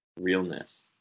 realness